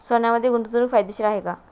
सोन्यामध्ये गुंतवणूक फायदेशीर आहे का?